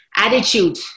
Attitude